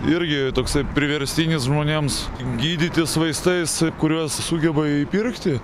irgi toksai priverstinis žmonėms gydytis vaistais kuriuos sugeba įpirkti